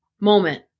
moment